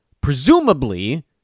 Presumably